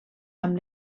amb